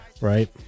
right